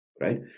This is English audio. right